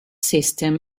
system